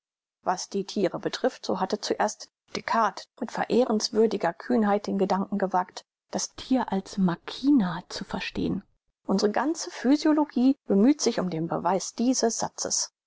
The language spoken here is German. was die thiere betrifft so hat zuerst descartes mit verehrungswürdiger kühnheit den gedanken gewagt das thier als machina zu verstehn unsre ganze physiologie bemüht sich um den beweis dieses satzes